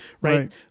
right